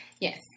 yes